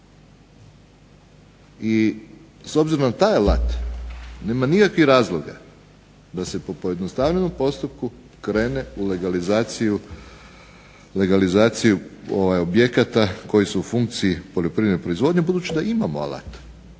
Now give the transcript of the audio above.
I s obzirom na taj alat nema nikakva razloga da se po pojednostavljenom postupku krene u legalizaciju objekata koji su u funkciji poljoprivredne proizvodnje budući da imamo alat,